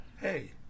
Hey